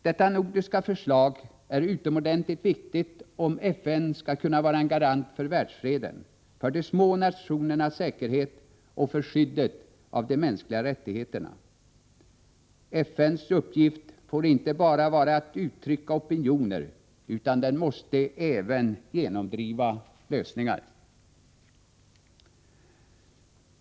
Detta nordiska förslag är utomordentligt viktigt om FN skall kunna vara en garant för världsfreden, för de små nationernas säkerhet och för skyddet av de mänskliga rättigheterna. FN:s uppgift får inte bara vara att uttrycka opinioner, utan FN måste även genomdriva lösningar.